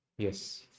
Yes